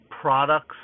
products